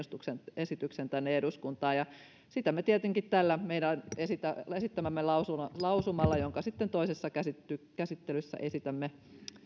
esityksen tänne eduskuntaan sitä me tietenkin tällä meidän esittämällämme lausumalla lausumalla jonka sitten toisessa käsittelyssä käsittelyssä esitämme